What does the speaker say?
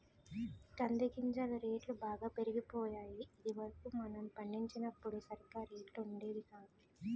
కంది గింజల రేట్లు బాగా పెరిగిపోయాయి ఇది వరకు మనం పండించినప్పుడు సరిగా రేట్లు ఉండేవి కాదు